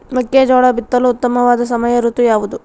ಮೆಕ್ಕೆಜೋಳ ಬಿತ್ತಲು ಉತ್ತಮವಾದ ಸಮಯ ಋತು ಯಾವುದು?